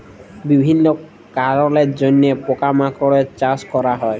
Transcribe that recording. বিভিল্য কারলের জন্হে পকা মাকড়ের চাস ক্যরা হ্যয়ে